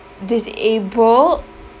disabled